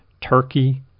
Turkey